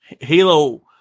Halo